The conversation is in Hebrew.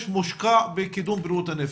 מושקע בקידום בריאות הנפש?